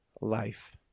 life